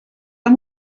han